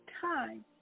time